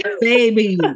Baby